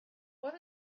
what